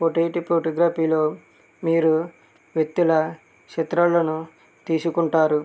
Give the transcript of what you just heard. portrait ఫోటోగ్రఫీలో మీరు వ్యక్తుల చిత్రాలను తీసుకుంటారు